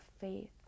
faith